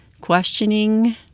questioning